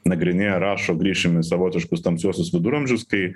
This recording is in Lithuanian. nagrinėja rašo grįšim į savotiškus tamsiuosius viduramžius kai